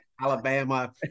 Alabama